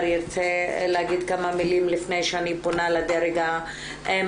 ירצה להגיד כמה מילים לפני שאני פונה לדרג המקצועי,